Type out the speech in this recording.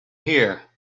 here